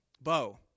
Bo